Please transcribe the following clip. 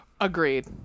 agreed